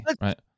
right